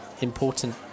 important